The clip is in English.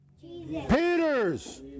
Peter's